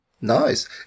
Nice